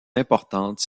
importante